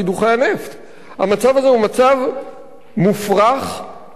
המצב הזה הוא מצב מופרך ובלתי סביר,